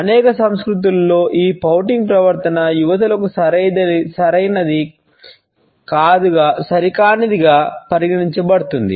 అనేక సంస్కృతులలో ఈ పౌటింగ్ ప్రవర్తన యువతులకు సరైనదిగా మరియు యువకులకు సరికానిది పరిగణించబడుతుంది